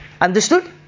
Understood